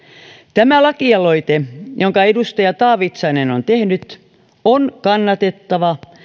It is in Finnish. tämä lakialoite jonka edustaja taavitsainen on tehnyt on kannatettava